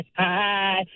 hi